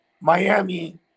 Miami